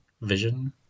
vision